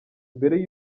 mbere